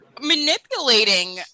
manipulating